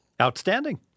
Outstanding